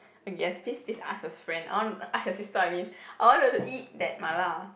I guess please please ask your friend I want ask your sister I mean I want to eat that Mala